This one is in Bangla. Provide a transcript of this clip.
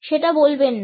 সেটা বলবেন না